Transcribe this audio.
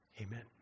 Amen